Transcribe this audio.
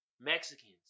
Mexicans